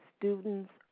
students